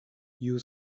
you